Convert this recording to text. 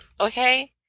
Okay